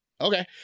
Okay